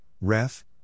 ref